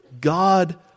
God